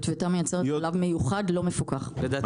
לא,